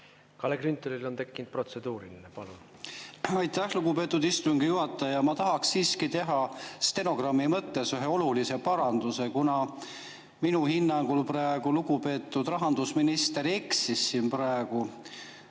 Kalle Grünthalil on tekkinud protseduuriline. Palun! Aitäh, lugupeetud istungi juhataja! Ma tahaksin teha stenogrammi jaoks ühe olulise paranduse, kuna minu hinnangul praegu lugupeetud rahandusminister eksis, kui ta